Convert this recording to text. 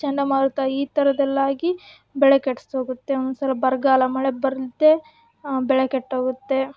ಚಂಡಮಾರುತ ಈ ಥರದ್ದೆಲ್ಲ ಆಗಿ ಬೆಳೆ ಕೆಡ್ಸೋಗುತ್ತೆ ಒಂದೊಂದು ಸಲ ಬರಗಾಲ ಮಳೆ ಬರದೇ ಬೆಳೆ ಕೆಟ್ಟೋಗುತ್ತೆ